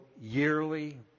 yearly